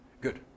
Good